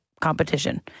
competition